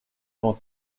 quant